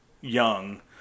young